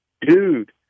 Dude